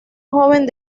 joven